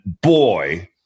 boy